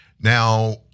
now